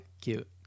Cute